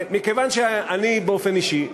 מכיוון שאני באופן אישי,